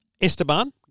Esteban